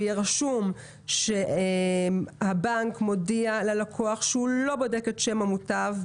שיהיה רשום שהבנק מודיע ללקוח שהוא לא בודק את שם המוטב,